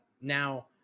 Now